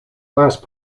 last